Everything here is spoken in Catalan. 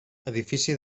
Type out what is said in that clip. edifici